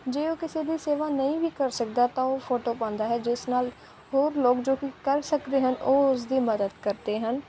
ਜੇ ਉਹ ਕਿਸੇ ਦੀ ਸੇਵਾ ਨਹੀਂ ਵੀ ਕਰ ਸਕਦਾ ਤਾਂ ਉਹ ਫੋਟੋ ਪਾਉਂਦਾ ਹੈ ਜਿਸ ਨਾਲ ਹੋਰ ਲੋਕ ਜੋ ਕਰ ਸਕਦੇ ਹਨ ਉਹ ਉਸ ਦੀ ਮਦਦ ਕਰਦੇ ਹਨ